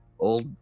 Old